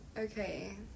okay